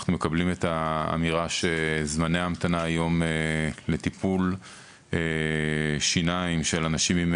אנחנו מקבלים את האמירה שזמני ההמתנה היום לטיפול שיניים של אנשים עם